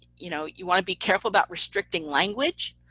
you know, you want to be careful about restricting language,